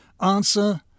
Answer